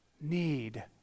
need